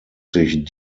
sich